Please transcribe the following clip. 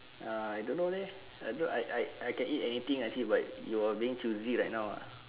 uh I don't know leh I don't I I I can eat anything I see but you are being choosy right now ah